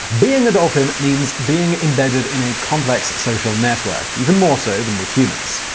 being a dolphin means being embedded in a complex social network. even more so than with humans.